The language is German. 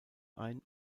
ein